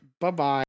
Bye-bye